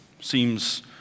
seems